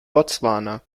botswana